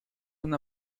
una